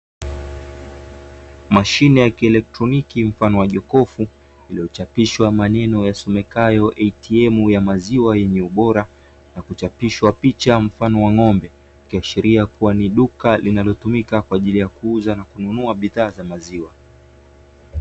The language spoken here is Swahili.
Mashine ya kielektroniki mfano wa jokofu iliyochapishwa maneneo yasomekayo "ATM" ya maziwa yenye ubora na kuchapishwa picha mfano wa ng`ombe, ikiashiria kuwa ni duka linatumika kwa ajili ya kuuza na kununua bidhaa za maziwa.